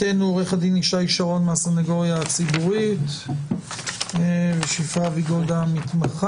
היום קיימנו מספר ישיבות ויש לנו הצעה לנוסח שאנחנו שמים אותה על